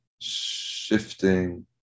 shifting